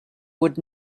would